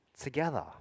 together